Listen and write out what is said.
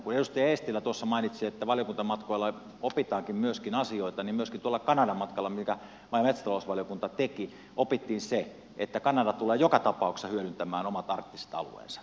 kun edustaja eestilä tuossa mainitsi että valiokuntamatkoilla myöskin opitaan asioita niin myöskin tuolla kanadan matkalla minkä maa ja metsätalousvaliokunta teki opittiin se että kanada tulee joka tapauksessa hyödyntämään omat arktiset alueensa